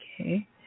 okay